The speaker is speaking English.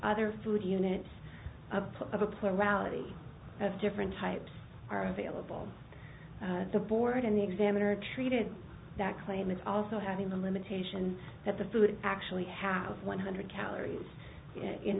other food units of a plurality of different types are available to the board and the examiner treated that claim is also having the limitation that the food actually have one hundred calories in